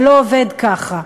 זה לא עובד ככה.